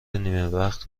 نیمهوقت